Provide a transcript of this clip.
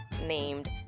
named